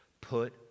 put